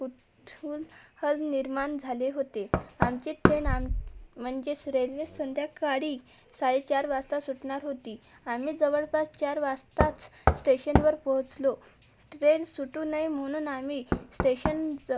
कुतुहल निर्माण झाले होते आमचे ट्रेन आम म्हणजेच रेल्वे संध्याकाळी साडेचार वाजता सुटणार होती आम्ही जवळपास चार वाजताच स्टेशनवर पोहोचलो ट्रेन सुटू नये म्हणून आम्ही स्टेशन ज्